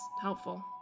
helpful